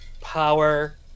power